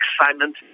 excitement